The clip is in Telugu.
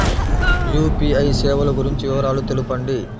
యూ.పీ.ఐ సేవలు గురించి వివరాలు తెలుపండి?